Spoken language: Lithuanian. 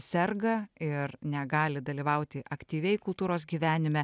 serga ir negali dalyvauti aktyviai kultūros gyvenime